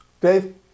Dave